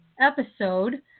episode